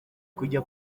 kujya